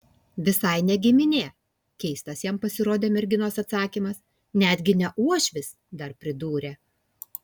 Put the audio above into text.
visai ne giminė keistas jam pasirodė merginos atsakymas netgi ne uošvis dar pridūrė